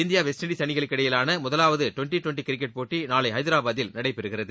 இந்திய West Indies அணிகளுக்கிடையிலான முதலாவது டுவெண்டி டுவெண்டி கிரிக்கெட் போட்டி நாளை ஹைதராபாத்தில் நடைபெறுகிறது